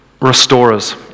Restorers